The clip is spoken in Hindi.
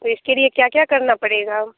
तो इसके लिए क्या क्या करना पड़ेगा